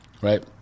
right